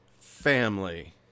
family